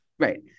Right